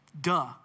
Duh